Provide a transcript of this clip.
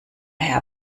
herr